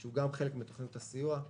שהוא גם חלק מתוכנית הסיוע,